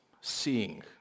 seeing